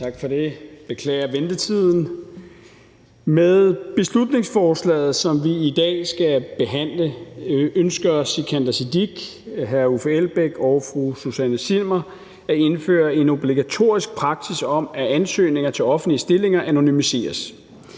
Tak for det. Jeg beklager ventetiden. Med beslutningsforslaget, som vi skal behandle i dag, ønsker hr. Sikandar Siddique, hr. Uffe Elbæk og fru Susanne Zimmer at indføre en obligatorisk praksis om, at ansøgninger til offentlige stillinger anonymiseres.